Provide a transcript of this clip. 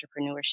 entrepreneurship